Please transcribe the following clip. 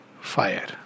fire